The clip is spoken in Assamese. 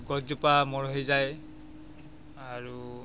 গছজোপা মৰহি যায় আৰু